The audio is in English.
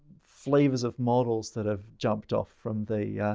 flavors of models that have jumped off from the yeah